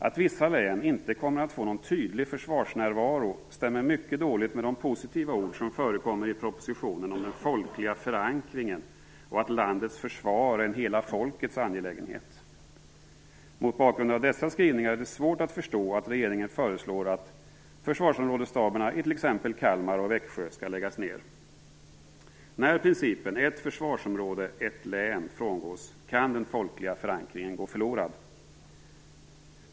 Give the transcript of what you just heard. Att vissa län inte kommer att få någon tydlig försvarsnärvaro stämmer mycket dåligt med de positiva ord som förekommer i propositionen om den folkliga förankringen och om att landets försvar är en hela folkets angelägenhet. Mot bakgrund av dessa skrivningar är det svårt att förstå att regeringen föreslår att försvarsområdesstaberna i t.ex. Kalmar och Växjö skall läggas ned. När principen ett försvarsområde - ett län frångås kan den folkliga förankringen gå förlorad.